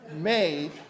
made